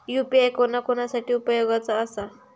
UPI कोणा कोणा साठी उपयोगाचा आसा?